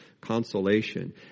consolation